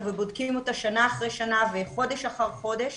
ובודקים אותה שנה אחרי שנה וחודש אחר חודש.